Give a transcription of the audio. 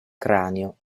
cranio